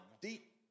deep